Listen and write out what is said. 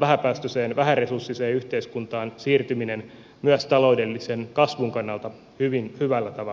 vähäpäästöiseen vähäresurssiseen yhteiskuntaan siirtyminen myös taloudellisen kasvun kannalta hyvällä tavalla